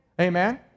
Amen